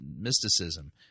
mysticism